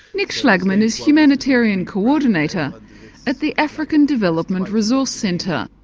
nic schlagman is humanitarian coordinator at the african development resource centre.